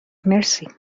مرسی